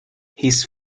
his